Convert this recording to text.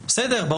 פתרון.